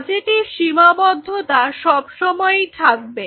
বাজেটের সীমাবদ্ধতা সবসময়ই থাকবে